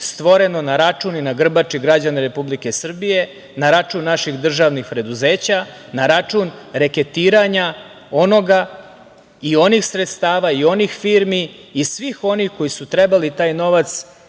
stvoreno na račun i na grbači građana Republike Srbije, na račun naših državnih preduzeća, na račun reketiranja onoga i onih sredstava i onih firmi i svih onih koji su trebali taj novac